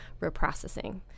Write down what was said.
reprocessing